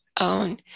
own